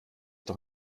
doch